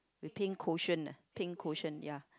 with pink cushion ah pink cushion ya